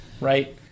Right